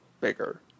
bigger